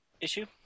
issue